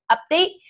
update